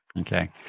Okay